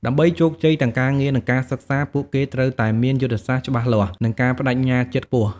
ដើម្បីជោគជ័យទាំងការងារ និងការសិក្សា ពួកគេត្រូវតែមានយុទ្ធសាស្ត្រច្បាស់លាស់ និងការប្ដេជ្ញាចិត្តខ្ពស់។